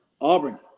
Auburn